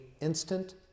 instant